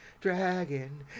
dragon